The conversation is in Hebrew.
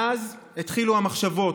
מאז התחילו המחשבות: